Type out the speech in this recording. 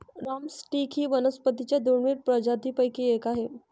drum stick ही वनस्पतीं च्या दुर्मिळ प्रजातींपैकी एक आहे